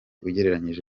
ugereranije